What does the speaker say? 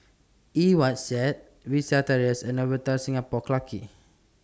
Eng Watt Said Vista Terrace and Novotel Singapore Clarke Quay